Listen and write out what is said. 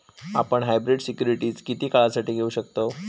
आपण hybrid securities किती काळासाठी घेऊ शकतव